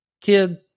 Kid